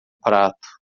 prato